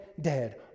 dead